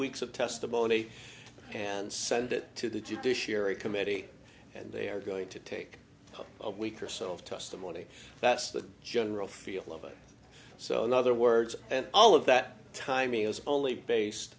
weeks of testimony and send it to the judiciary committee and they are going to take a week or so of testimony that's the general feel of it so in other words and all of that timing is only based